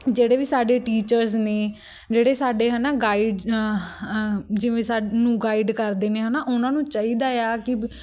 ਜਿਹੜੇ ਵੀ ਸਾਡੇ ਟੀਚਰਸ ਨੇ ਜਿਹੜੇ ਸਾਡੇ ਹੈ ਨਾ ਗਾਈਡ ਜਿਵੇਂ ਸਾਨੂੰ ਗਾਈਡ ਕਰਦੇ ਨੇ ਹੈ ਨਾ ਉਹਨਾਂ ਨੂੰ ਚਾਹੀਦਾ ਆ ਕਿ